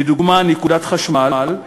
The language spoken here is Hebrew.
לדוגמה נקודת חשמל,